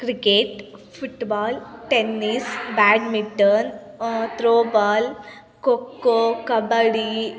cricket football tennis badminton throwball kho kho kabaddi